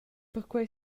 perquei